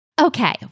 Okay